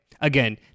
Again